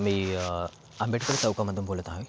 मी आंबेडकर चौकामधून बोलत आहे